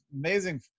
amazing